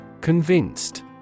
Convinced